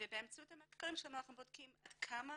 ובאמצעות המחקרים שלנו אנחנו בודקים עד כמה,